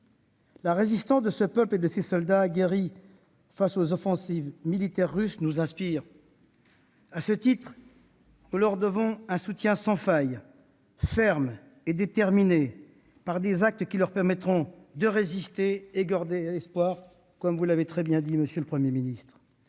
La résistance de ce peuple et de ces soldats aguerris face aux offensives militaires russes nous inspire. À ce titre, nous leur devons un soutien sans faille, ferme et déterminé, par des actes qui leur permettront de résister et de garder espoir, comme vous l'avez très bien dit, monsieur le Premier ministre.